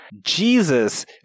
jesus